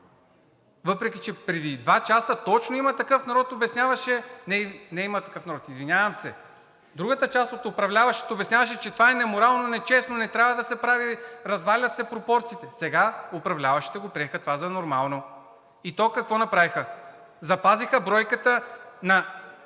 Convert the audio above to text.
въпреки че преди два часа точно „Има такъв народ“ обясняваше, не „Има такъв народ“, извинявам се, другата част от управляващите обясняваше, че това е неморално, нечестно и не трябва да се прави, развалят се пропорциите. Сега управляващите приеха това за нормално. И то какво направиха? Запазиха бройката на